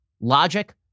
logic